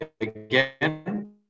again